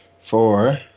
four